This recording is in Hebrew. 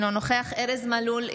אינו נוכח ארז מלול,